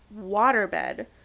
waterbed